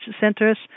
centers